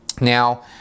Now